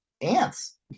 ants